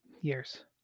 years